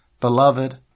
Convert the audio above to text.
beloved